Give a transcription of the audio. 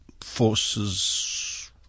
forces